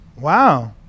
Wow